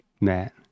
Matt